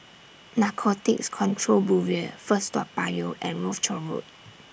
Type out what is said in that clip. Narcotics Control Bureau First Toa Payoh and Rochor Road